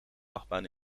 achtbaan